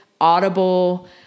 Audible